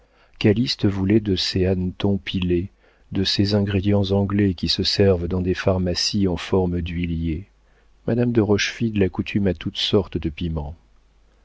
calyste voulait de ces hannetons pilés de ces ingrédients anglais qui se servent dans des pharmacies en forme d'huiliers madame de rochefide l'accoutume à toutes sortes de piments